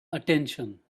attention